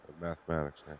mathematics